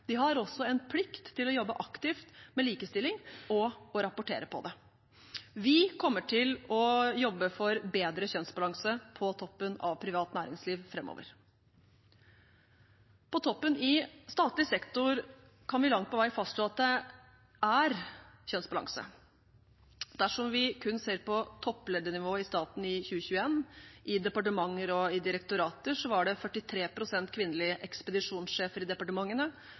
De har også en plikt til å jobbe aktivt med likestilling og å rapportere på det. Vi kommer til å jobbe for bedre kjønnsbalanse på toppen av privat næringsliv framover. På toppen i statlig sektor kan vi langt på vei fastslå at det er kjønnsbalanse. Dersom vi kun ser på toppledernivået i staten i 2021, i departementer og direktorater, var det 43 pst. kvinnelige ekspedisjonssjefer i departementene